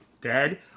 dead